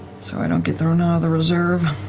so i don't get thrown out of the reserve.